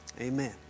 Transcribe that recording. amen